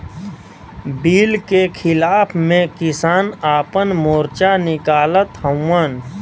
bill के खिलाफ़ में किसान आपन मोर्चा निकालत हउवन